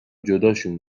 جداشون